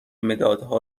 مدادها